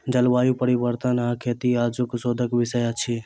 जलवायु परिवर्तन आ खेती आजुक शोधक विषय अछि